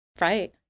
Right